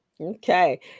Okay